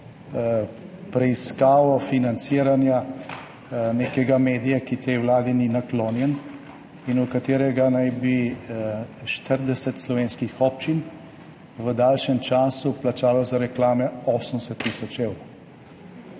preiskavo financiranja nekega medija, ki tej vladi ni naklonjen in v katerega naj bi 40 slovenskih občin v daljšem času vplačalo za reklame 80 tisoč evrov.